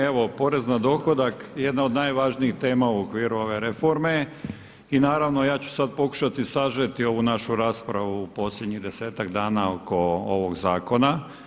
Evo porez na dohodak jedna od najvažnijih tema u okviru ove reforme i naravno ja ću sada pokušati sažeti ovu našu raspravu u posljednjih desetak dana oko ovog zakona.